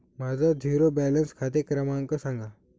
माझा zero balance खाते क्रमांक सांगा